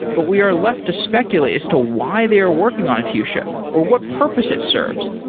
but we are left to speculate as to why they are working on fuchsia, or what purpose it serves,